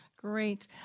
great